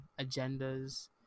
agendas